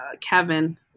Kevin